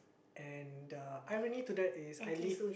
and uh irony to that is I live